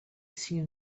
seen